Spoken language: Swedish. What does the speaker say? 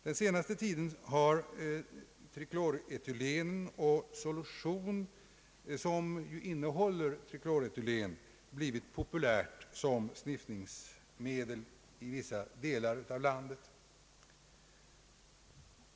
Den senaste tiden har trikloretylen och solution som innehåller trikloretylen blivit populära som sniffningsmedel i vissa delar av landet.